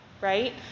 right